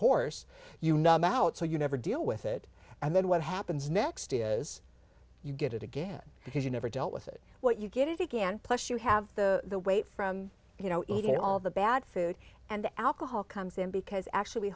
course you know i'm out so you never deal with it and then what happens next is you get it again because you never dealt with it what you get if you can't plus you have the weight from you know eating all the bad food and the alcohol comes in because actually